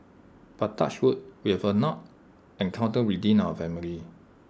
but touch wood we have not encountered within our family